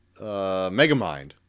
Megamind